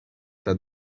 that